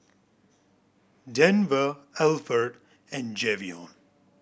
Denver Alford and Javion